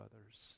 others